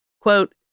Quote